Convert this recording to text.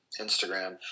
Instagram